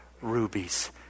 rubies